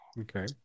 okay